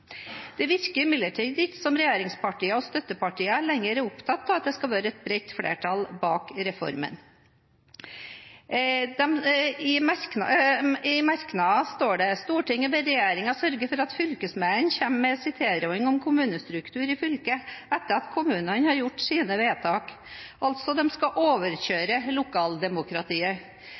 Det virker imidlertid ikke som om regjeringspartiene og støttepartiene lenger er opptatt av at det skal være et bredt flertall bak reformen. I merknadene står det: «Stortinget ber regjeringa syta for at fylkesmennene kjem med si tilråding om kommunestrukturen i fylket etter at kommunane har gjort sine vedtak seinest 1. juli 2016.» Altså: De skal